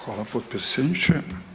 Hvala potpredsjedniče.